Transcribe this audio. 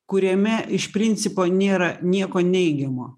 kuriame iš principo nėra nieko neigiamo